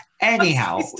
Anyhow